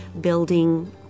building